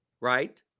Right